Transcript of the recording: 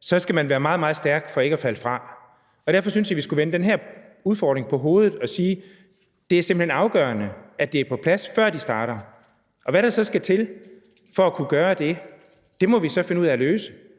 så skal man være meget, meget stærk for ikke at falde fra. Derfor synes jeg, vi skulle vende den her udfordring på hovedet og sige: Det er simpelt hen afgørende, at det er på plads, før de starter. Og hvad der så skal til for at kunne gøre det, må vi finde ud af, for